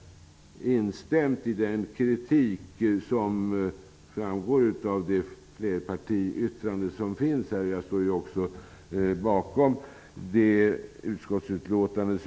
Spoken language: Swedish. Jag har instämt i den kritik som framförs i flerpartiyttrandet, och jag står också bakom utskottsutlåtandet.